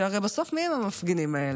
שהרי בסוף, מיהם המפגינים האלה?